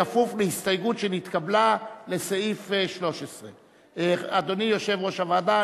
כפוף להסתייגות שנתקבלה לסעיף 13. אדוני יושב-ראש הוועדה,